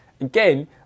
again